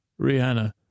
rihanna